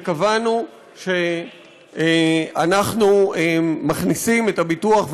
וקבענו שאנחנו מכניסים את הביטוח,